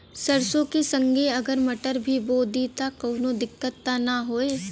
सरसो के संगे अगर मटर भी बो दी त कवनो दिक्कत त ना होय?